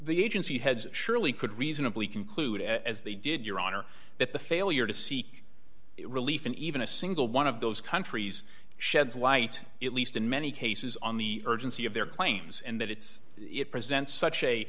the agency heads surely could reasonably conclude as they did your honor that the failure to seek relief in even a single one of those countries sheds light at least in many cases on the urgency of their claims and that it's it presents such a